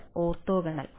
വിദ്യാർത്ഥി ഓർത്തോഗണൽ